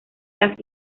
las